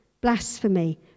blasphemy